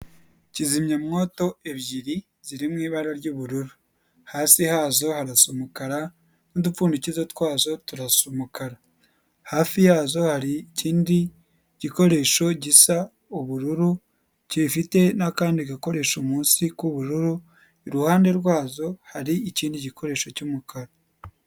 Kizimyamwoto ebyiri ziri mu ibara ry'ubururu, hasi hazo harasa umukara n'udupfundikizo twazo turasa umukara, hafi yazo hari ikindi gikoresho gisa ubururu, gifite n'akandi gakoresho munsi k'ubururu, iruhande rwazo hari ikindi gikoresho cy'umukara.